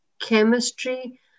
chemistry